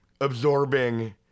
absorbing